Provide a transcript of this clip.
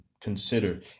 consider